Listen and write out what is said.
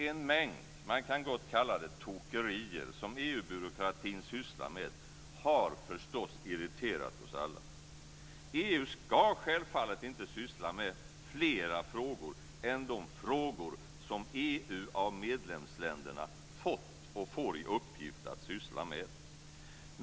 En mängd, man kan gott kalla det tokerier som EU-byråkratin sysslar med har förstås irriterat oss alla. EU ska självfallet inte syssla med andra frågor än de som EU av medlemsländerna fått och får i uppgift att syssla med.